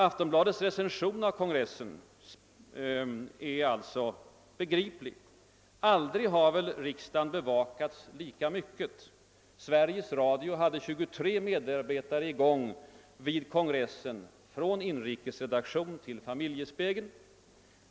Aftonbladets recension av kongressen är alltså begriplig: »Aldrig har väl riksdagen bevakats lika mycket... Sveriges Radio hade 23 medarbetare i gång vid kongressen, från inrikesredaktionen till familjespegeln...